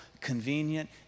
convenient